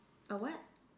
a what